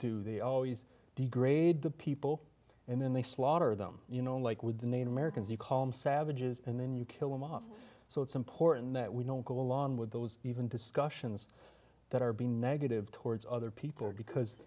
do they always degrade the people and then they slaughter them you know like with the native americans you call them savages and then you kill them off so it's important that we don't go along with those even discussions that are being negative towards other people because